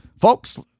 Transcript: folks